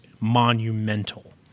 monumental